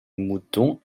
moutons